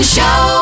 Show